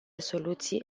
soluții